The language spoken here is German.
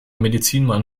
medizinmann